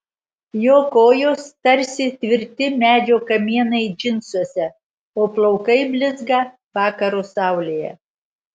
jo kojos tarsi tvirti medžio kamienai džinsuose o plaukai blizga vakaro saulėje